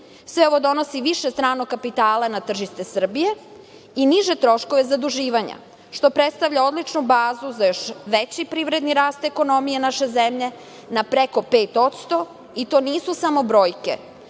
ovo donosi više stranog kapitala na tržište Srbije i niže troškove zaduživanja, što predstavlja odličnu bazu za još veći privredni rast ekonomije naše zemlje na preko 5%. I to nisu samo brojke,